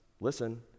listen